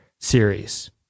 series